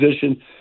position